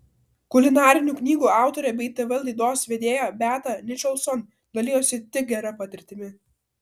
kulinarinių knygų autorė bei tv laidos vedėja beata nicholson dalijosi tik gera patirtimi